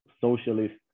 socialist